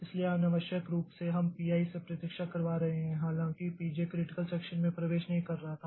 इसलिए अनावश्यक रूप से हम P i से प्रतीक्षा करवा रहे है हालांकि P j क्रिटिकल सेक्षन में प्रवेश नहीं कर रहा था